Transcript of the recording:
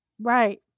Right